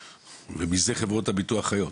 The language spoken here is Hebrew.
ומזה חברות הביטוח חיות,